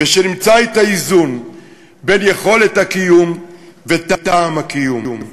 ושנמצא את האיזון בין יכולת הקיום לטעם הקיום.